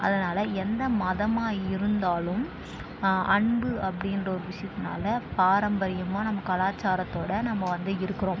அதனால எந்த மதமாக இருந்தாலும் அன்பு அப்படின்ற ஒரு விஷயத்துனால் பாரம்பரியமாக நம்ம கலாச்சாரத்தோடு நம்ம வந்து இருக்கிறோம்